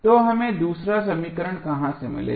तो हमें दूसरा समीकरण कहां से मिलेगा